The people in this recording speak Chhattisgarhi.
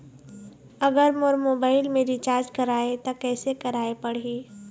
अगर मोर मोबाइल मे रिचार्ज कराए त कैसे कराए पड़ही?